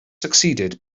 succeeded